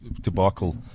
debacle